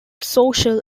social